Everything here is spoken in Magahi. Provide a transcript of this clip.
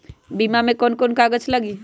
बीमा में कौन कौन से कागज लगी?